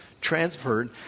transferred